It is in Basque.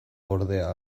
ordea